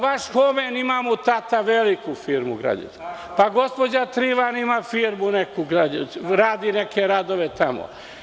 Vaš Homen, ima mu tata veliku firmu građevinsku, pa gospođa Trivan ima neku firmu, radi neke radove tamo.